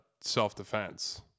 self-defense